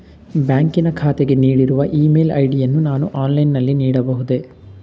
ಬ್ಯಾಂಕಿನ ಖಾತೆಗೆ ನೀಡಿರುವ ಇ ಮೇಲ್ ಐ.ಡಿ ಯನ್ನು ನಾನು ಆನ್ಲೈನ್ ನಲ್ಲಿ ನೀಡಬಹುದೇ?